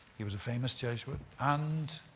he was a famous jesuit. and